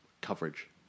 coverage